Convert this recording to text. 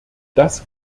das